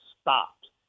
stopped